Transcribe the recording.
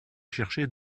chercher